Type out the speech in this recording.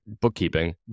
bookkeeping